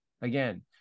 Again